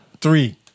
three